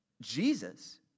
Jesus